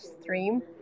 stream